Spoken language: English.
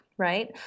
right